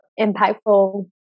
impactful